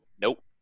Nope